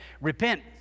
Repent